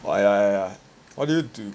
oh ya ya ya ya what do you do